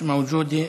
מיש מווג'ודה.